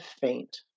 faint